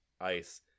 Ice